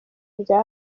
bya